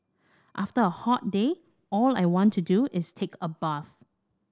after a hot day all I want to do is take a bath